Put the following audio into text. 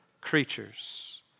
creatures